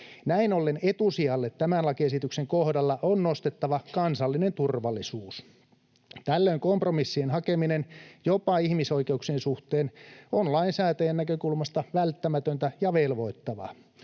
Näin ollen etusijalle tämän lakiesityksen kohdalla on nostettava kansallinen turvallisuus. Tällöin kompromissien hakeminen jopa ihmisoikeuksien suhteen on lainsäätäjän näkökulmasta välttämätöntä ja velvoittavaa.